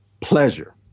pleasure